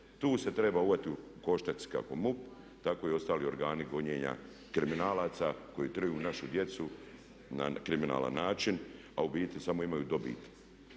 Tu se treba uhvatiti u koštac kako MUP tako i ostali organi gonjenja kriminalaca koji truju našu djecu na kriminalan način, a u biti samo imaju dobit.